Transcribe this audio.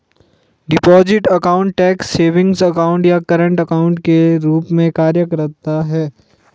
deposit account tax savings account या current account के रूप में कार्य करता है